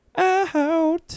out